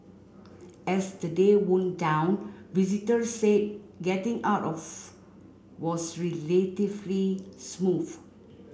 as the day wound down visitors said getting out of was relatively smooth